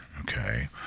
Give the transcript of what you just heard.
okay